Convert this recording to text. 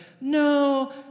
no